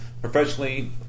professionally